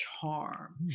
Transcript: charm